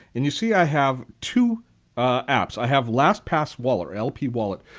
and you see i have two apps. i have lastpass wallet or lp wallet,